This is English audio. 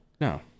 No